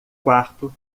quarto